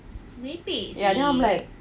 then I'm like